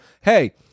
Hey